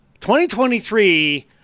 2023